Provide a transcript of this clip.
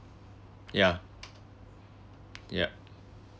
yeah yup